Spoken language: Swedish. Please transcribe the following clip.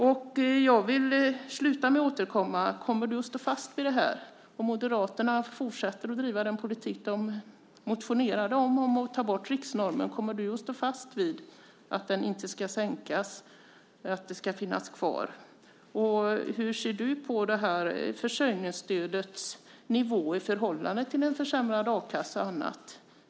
Jag vill sluta med att återkomma till vad jag tidigare frågat om. Kommer du att stå fast vid det här om Moderaterna fortsätter att driva den politik de motionerade om, att ta bort riksnormen? Kommer du då att stå fast vid att den inte ska sänkas och att den ska finnas kvar? Hur ser du på försörjningsstödets nivå i förhållande till försämrad a-kassa och annat?